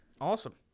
Awesome